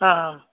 ಹಾಂ ಹಾಂ